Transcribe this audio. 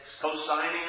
co-signing